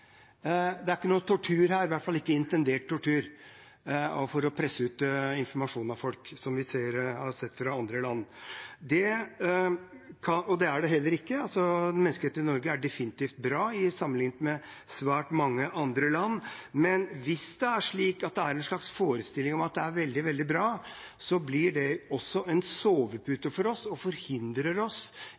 Det er ikke tortur her – i hvert fall ikke intendert tortur for å presse ut informasjon fra folk, som vi har sett i andre land. Det er det heller ikke. Menneskerettighetene står definitivt sterkt i Norge sammenliknet med svært mange andre land, men hvis det er en forestilling om at det står veldig bra til, blir det en sovepute for oss og forhindrer oss